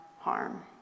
harm